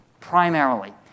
primarily